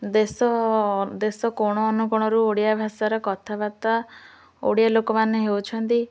ଦେଶ ଦେଶ କୋଣ ଅନୁକୋଣରୁ ଓଡ଼ିଆ ଭାଷାର କଥାବାର୍ତ୍ତା ଓଡ଼ିଆ ଲୋକମାନେ ହେଉଛନ୍ତି